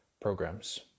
programs